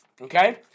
Okay